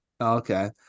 Okay